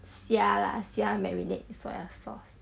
虾 lah 虾 marinate soy sauce